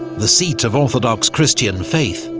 the seat of orthodox christian faith,